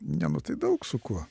ne nu tai daug su kuo